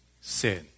sin